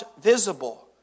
visible